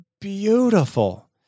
beautiful